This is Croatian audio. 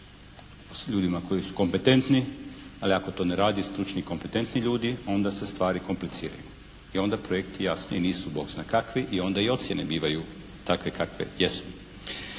ljudima koji su kompetentni, ali ako to ne rade stručni i kompetentni ljudi onda se stvari kompliciraju i onda projekti jasno je nisu «Bog zna kakvi» i onda i ocjene bivaju takve kakve jesu.